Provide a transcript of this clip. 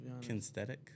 Kinesthetic